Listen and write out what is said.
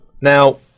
Now